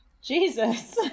Jesus